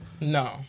No